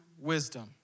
wisdom